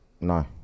No